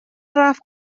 رفت